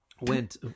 went